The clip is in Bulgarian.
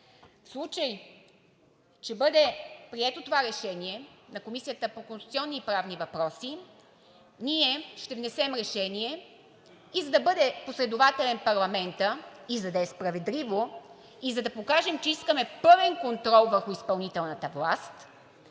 В случай че бъде прието това решение на Комисията по конституционни и правни въпроси, ние ще внесем решение. И за да бъде последователен парламентът, и за да е справедливо, и за да покажем, че искаме пълен контрол върху изпълнителната власт,